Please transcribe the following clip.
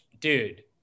dude